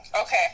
Okay